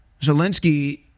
Zelensky